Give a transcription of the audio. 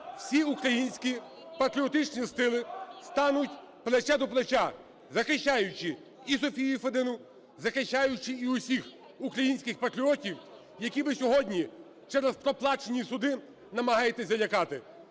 Всі українські патріотичні сили стануть плече до плеча, захищаючи і Софію Федину, захищаючи і усіх українських патріотів, яких ви сьогодні через проплачені суди намагаєтеся залякати.